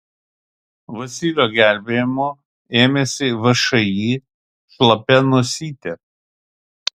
vasilio gelbėjimo ėmėsi všį šlapia nosytė